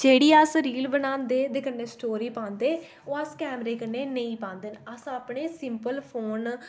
जेह्ड़ी अस रील बनांदे ते कन्नै स्टोरी पांदे ओह् अस कैमरे कन्नै नेईं पांदे अस अपने सिंपल फोन